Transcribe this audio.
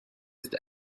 ist